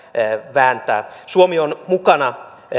vääntää suomi on mukana